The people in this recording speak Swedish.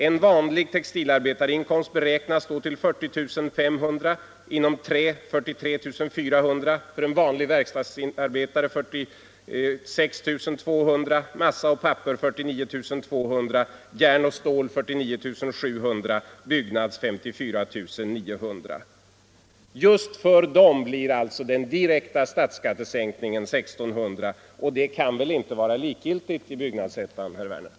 En vanlig textilarbetares inkomst beräknas då uppgå till 40 500 kr., inom trä blir inkomsten 43400, för en vanlig verkstadsarbetare 46 200, inom massa och papper 49 200, inom järn och stål 49 700 och inom byggnads 54 900. Just för dessa yrkesgrupper blir den direkta statsskattesänkningen 1 600 kr. Det kan väl inte vara likgiltigt i Byggettan, herr Werner?